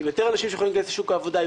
עם יותר אנשים שיכולים להיכנס לשוק העבודה.